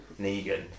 Negan